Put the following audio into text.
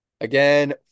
Again